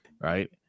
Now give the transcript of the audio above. right